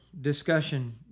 discussion